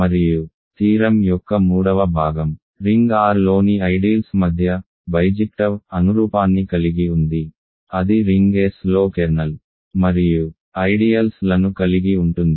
మరియు థీరం యొక్క మూడవ భాగం రింగ్ R లోని ఆదర్శాల మధ్య ద్వైపాక్షిక అనురూపాన్ని కలిగి ఉంది అది రింగ్ S లో కెర్నల్ మరియు ఐడియల్స్ లను కలిగి ఉంటుంది